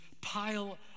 pile